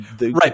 right